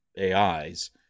AIs